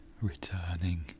Returning